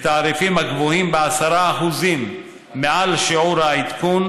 בתעריפים הגבוהים ב-10% מעל שיעור העדכון,